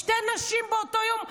שתי נשים באותו יום,